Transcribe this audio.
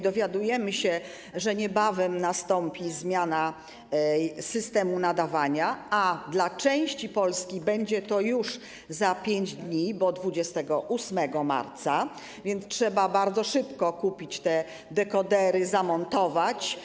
Dowiadujemy się, że niebawem nastąpi zmiana systemu nadawania, a dla części Polski będzie to już za 5 dni, bo 28 marca, więc trzeba bardzo szybko kupić dekodery i je zamontować.